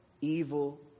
evil